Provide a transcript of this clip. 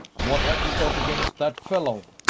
what have you got against that fellow?